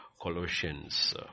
Colossians